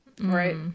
Right